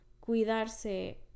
cuidarse